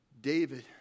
David